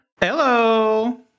Hello